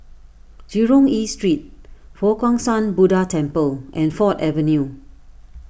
Jurong East Street Fo Guang Shan Buddha Temple and Ford Avenue